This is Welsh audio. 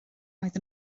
oedd